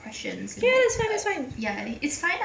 ya that's fine that's fine